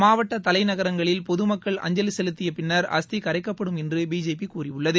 மாவட்ட தலைநகரங்களில் பொதுமக்கள் அஞ்சலி செலுத்தியபின்னர் அஸ்தி கரைக்கப்படும் என்று பிஜேபி கூறியுள்ளது